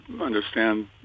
understand